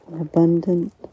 abundant